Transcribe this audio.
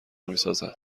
میسازد